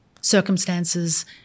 circumstances